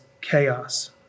chaos